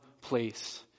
place